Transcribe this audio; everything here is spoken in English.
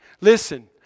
Listen